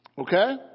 Okay